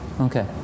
Okay